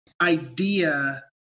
idea